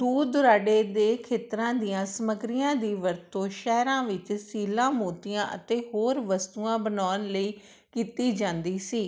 ਦੂਰ ਦੁਰਾਡੇ ਦੇ ਖੇਤਰਾਂ ਦੀਆਂ ਸਮੱਗਰੀਆਂ ਦੀ ਵਰਤੋਂ ਸ਼ਹਿਰਾਂ ਵਿੱਚ ਸੀਲਾਂ ਮੋਤੀਆਂ ਅਤੇ ਹੋਰ ਵਸਤੂਆਂ ਬਣਾਉਣ ਲਈ ਕੀਤੀ ਜਾਂਦੀ ਸੀ